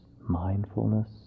mindfulness